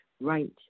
right